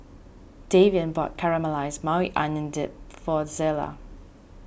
Davian bought Caramelized Maui Onion Dip for Zelia